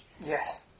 Yes